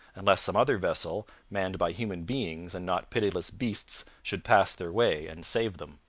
unless some other vessel, manned by human beings and not pitiless beasts, should pass their way and save them.